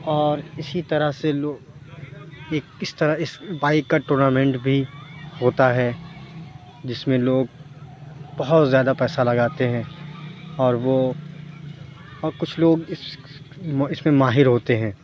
اور اِسی طرح سے لوگ کہ کس طرح اِس بائک کا ٹورنامنٹ بھی ہوتا ہے جس میں لوگ بہت زیادہ پیسہ لگاتے ہیں اور وہ اور کچھ لوگ اِس اِس میں ماہر ہوتے ہیں